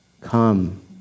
come